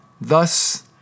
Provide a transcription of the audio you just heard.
Thus